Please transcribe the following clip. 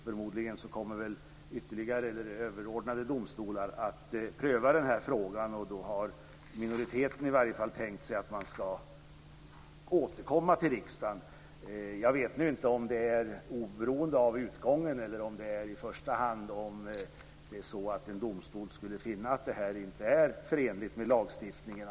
Förmodligen kommer överordnade domstolar att pröva frågan, och då har i alla fall minoriteten tänkt sig att återkomma till riksdagen. Jag vet nu inte om det sker oberoende av utgången eller om det i första hand sker om en domstol skulle finna att detta inte är förenligt med lagstiftningen.